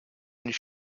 and